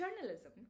journalism